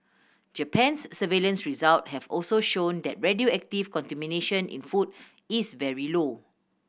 Japan's surveillance result have also shown that radioactive contamination in food is very low